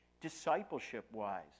discipleship-wise